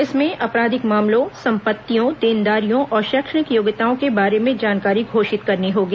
इसमें आपराधिक मामलों संपत्तियों देनदारियों और शैक्षणिक योग्यता के बारे में जानकारी घोषित करनी होगी